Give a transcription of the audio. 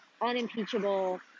unimpeachable